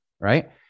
right